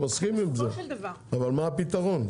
אני מסכים, אבל מה הפתרון?